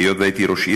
והיות שהייתי ראש עיר,